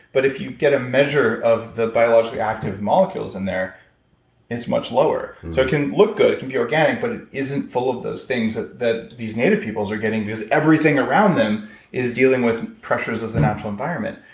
but if you get a measure of the biologically active molecules in there it's much lower. so it can look good, it can be organic, but it isn't full of those things that these native peoples are getting because everything around them is dealing with pressures of the natural environment.